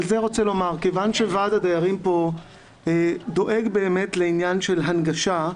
כיוון שוועד הדיירים פה דואג באמת לעניין של הנגשה,